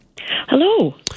Hello